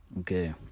okay